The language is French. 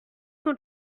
sans